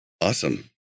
awesome